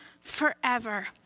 forever